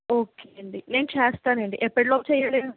okay అండి నేను చేస్తానండి ఎప్పటిలోపు చెయ్యాలి